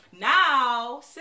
Now